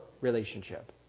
relationship